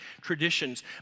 traditions